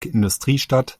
industriestadt